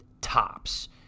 Tops